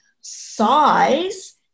size